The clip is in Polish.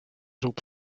rób